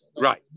right